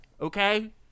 Okay